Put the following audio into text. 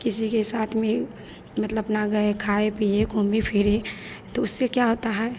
किसी के साथ में मतलब अपना गए खाए पिए घूमे फिरे तो उससे क्या होता है